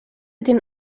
den